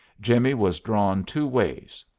jimmie was drawn two ways.